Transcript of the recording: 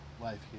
life